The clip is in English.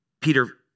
Peter